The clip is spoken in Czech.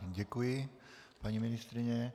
Děkuji, paní ministryně.